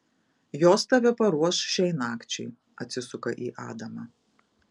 jos tave paruoš šiai nakčiai atsisuka į adamą